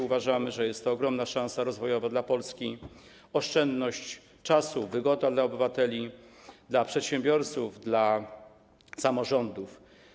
Uważamy, że jest to ogromna szansa rozwojowa dla Polski, oszczędność czasu, wygoda dla obywateli, dla przedsiębiorców, dla samorządów.